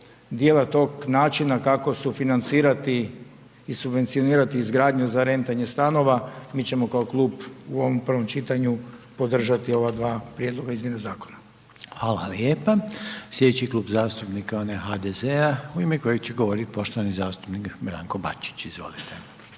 dijela tog načina kako sufinancirati i subvencionirati izgradnju za rentanje stanova, mi ćemo kao klub u ovom prvom čitanju podržati ova dva prijedloga izmjene zakona. **Reiner, Željko (HDZ)** Hvala lijepo. Slijedeći Klub zastupnika je onaj HDZ-a u ime kojeg će govoriti poštovani zastupnik Branko Bačić, izvolite.